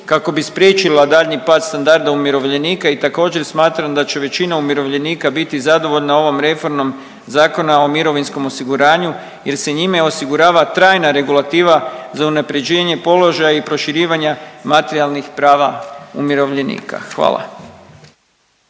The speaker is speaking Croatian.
kako bi spriječila daljnji pad standarda umirovljenika i također smatram da će većina umirovljenika biti zadovoljna ovom reformom Zakona o mirovinskom osiguranju, jer se njime osigurava trajna regulativa za unapređenje položaja i proširivanja materijalnih prava umirovljenika. Hvala.